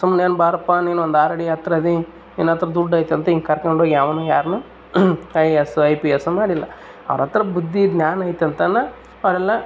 ಸುಮ್ಮನೆ ಬಾರಪ್ಪ ನೀನು ಒಂದು ಆರುಅಡಿ ಎತ್ತರ ಅದಿ ನಿನ್ನಹತ್ರ ದುಡ್ಡು ಐತಿ ಅಂತ ಹಿಂಗ್ ಕರ್ಕೊಂಡು ಹೋಗಿ ಯಾವನೋ ಯಾರನು I A S I P S ಮಾಡಲಿಲ್ಲ ಅವ್ರಹತ್ರ ಬುದ್ಧಿ ಜ್ಞಾನ ಐತಂತಾನೆ ಅವರೆಲ್ಲ